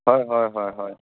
হয় হয় হয় হয়